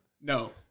No